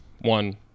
one